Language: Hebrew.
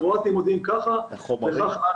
הקרואטים מודיעים ככה וכך הלאה.